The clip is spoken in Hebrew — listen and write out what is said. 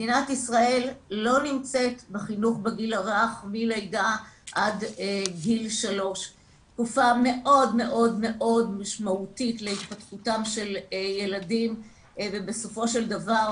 מדינת ישראל לא נמצאת בחינוך בגיל הרך מלידה עד גיל 3. תקופה מאוד מאוד משמעותית להתפתחותם של ילדים ובסופו של דבר